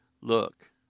look